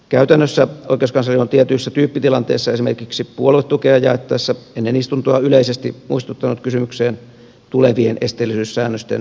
käytännössä oikeuskansleri on tietyissä tyyppitilanteissa esimerkiksi puoluetukea jaettaessa ennen istuntoa yleisesti muistuttanut kysymykseen tulevien esteellisyyssäännösten sisällöstä